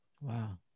wow